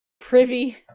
privy